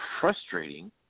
frustrating